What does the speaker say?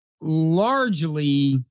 largely